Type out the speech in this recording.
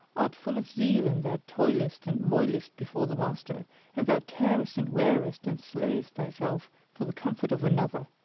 art full of zeal and thou toilest and moilest before the master and thou tearest and wearest and slayest thy self for the comfort of another.